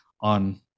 on